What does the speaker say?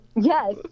Yes